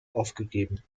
aufgegeben